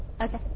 Okay